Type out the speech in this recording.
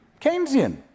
Keynesian